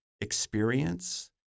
experience